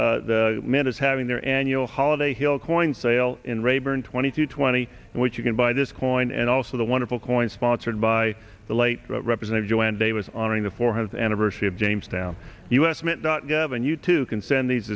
hill the man is having their annual holiday hill coin sale in rayburn twenty two twenty in which you can buy this coin and also the wonderful coin sponsored by the late representative joanne de was honoring the four hundred anniversary of jamestown u s mint dot gov and you too can send these